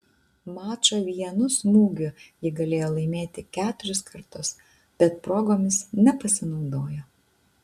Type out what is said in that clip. mačą vienu smūgiu ji galėjo laimėti keturis kartus bet progomis nepasinaudojo